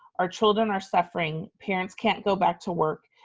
our children are suffering, parents can't go back to work.